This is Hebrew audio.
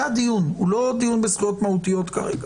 זה הדיון, והוא לא דיון בזכויות מהותיות כרגע.